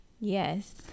Yes